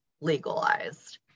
legalized